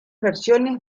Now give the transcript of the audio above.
versiones